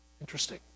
Interesting